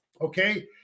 Okay